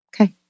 Okay